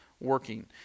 working